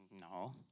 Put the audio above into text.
no